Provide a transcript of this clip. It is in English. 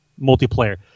multiplayer